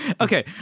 Okay